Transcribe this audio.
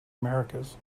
americas